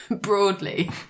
broadly